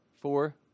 four